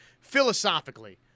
philosophically